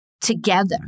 together